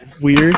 weird